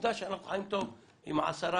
עובדה שאנחנו חיים טוב עם העשרה,